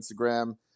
Instagram